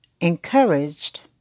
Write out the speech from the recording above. encouraged